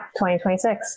2026